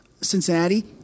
Cincinnati